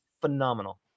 phenomenal